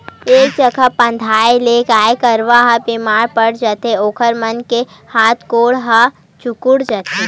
एके जघा बंधाए ले गाय गरू ह बेमार पड़ जाथे ओखर मन के हात गोड़ ह चुगुर जाथे